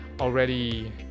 already